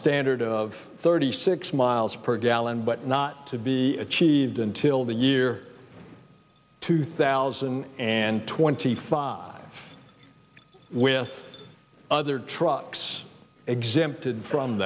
standard of thirty six miles per gallon but not to be achieved until the year two thousand and twenty five with other trucks exempted from